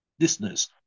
listeners